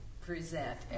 present